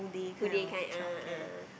two day kind ah ah ah ah ah